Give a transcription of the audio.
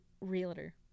realtor